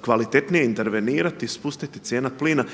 kvalitetnije intervenirati, spustiti cijena plina